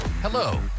Hello